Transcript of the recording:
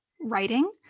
writing